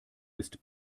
ist